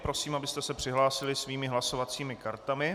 Prosím, abyste se přihlásili svými hlasovacími kartami.